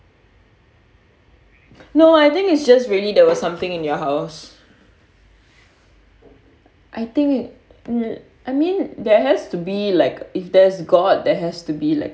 no I think it's just really there was something in your house I think mm I mean there has to be like if there's god there has to be like